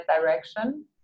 direction